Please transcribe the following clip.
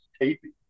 taping